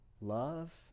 love